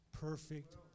perfect